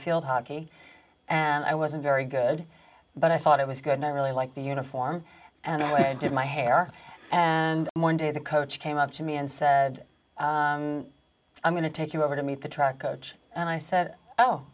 field hockey and i wasn't very good but i thought i was good i really liked the uniform and i did my hair and more day the coach came up to me and said i'm going to take you over to meet the track coach and i said oh